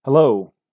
Hello